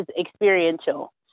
experiential